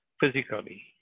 physically